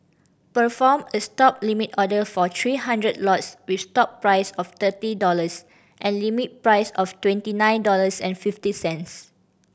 perform a Stop limit order for three hundred lots with stop price of thirty dollars and limit price of twenty nine dollars and fifty cents